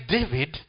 David